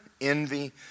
envy